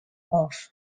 off